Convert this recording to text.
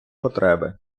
потреби